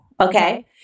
okay